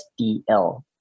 SDL